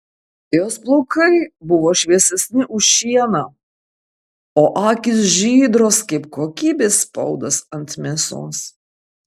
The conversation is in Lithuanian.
jos plaukai buvo šviesesni už šieną o akys žydros kaip kokybės spaudas ant mėsos